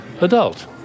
adult